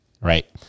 right